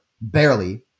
barely